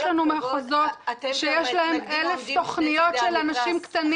יש לנו מחוזות שיש להם אלף תוכניות של אנשים קטנים.